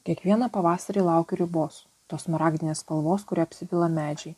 kiekvieną pavasarį laukiu ribos tos smaragdinės spalvos kuria apsipila medžiai